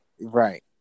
Right